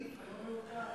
אתה לא מעודכן.